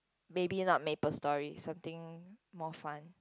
maybe not MapleStory something more fun